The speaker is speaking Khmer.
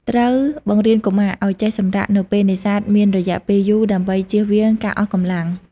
ត្រូវបង្រៀនកុមារឱ្យចេះ សម្រាក នៅពេលនេសាទមានរយៈពេលយូរដើម្បីជៀសវាងការអស់កម្លាំង។